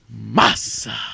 Massa